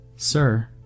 Sir